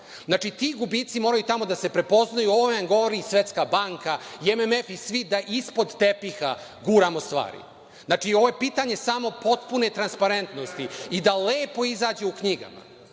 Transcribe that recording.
plate. Znači, ti gubici moraju tamo da se prepoznaju. O ovome vam govori i Svetska banka i MMF i svi da ispod tepiha guramo stvari. Ovo je pitanje samo potpune transparentnosti i da lepo izađe u knjigama.